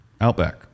Outback